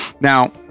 now